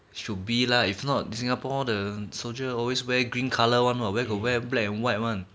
should be lah if not singapore the soldier always wear green colour one what where got wear black and white one